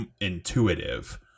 intuitive